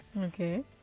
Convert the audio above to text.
Okay